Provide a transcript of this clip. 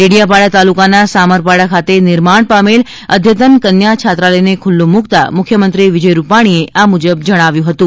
ડેડીયાપાડા તાલુકાના સામરપાડા ખાતે નિર્માણ પામેલ અદ્યતન કન્યા છાત્રાલયને ખુલ્લું મુકતાં મુખ્યમંત્રી શ્રી વિજય રૂપાણીએ આમ જણાવ્યું હતું